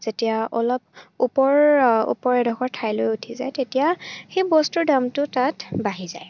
যেতিয়া অলপ ওপৰ ওপৰ এডোখৰ ঠাইলৈ উঠি যায় তেতিয়া সেই বস্তুৰ দামটো তাত বাঢ়ি যায়